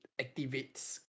activates